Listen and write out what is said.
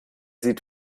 sieht